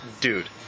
dude